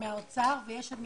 כן, אנחנו